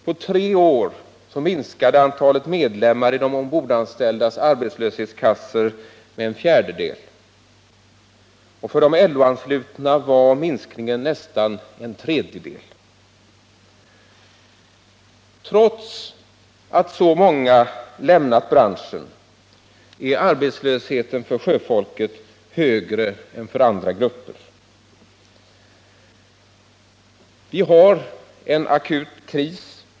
På tre år minskade antalet medlemmar i de ombordanställdas arbetslöshetskassor med en fjärdedel och för LO anslutna uppgick minskningen till nästan en tredjedel. Trots att så många har lämnat branschen är arbetslösheten för sjöfolket högre än för andra grupper. Vi har en akut kris.